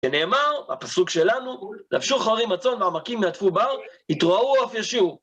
כנאמר בפסוק שלנו, "לבשו כרים הצאן ועמקים יעטפו בר, יתרועעו אף ישירו"